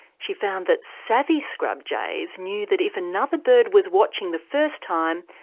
she found that savvy scrub jays knew that if another bird was watching the first time,